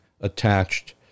attached